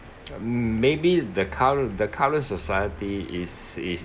maybe the cur~ the current society is is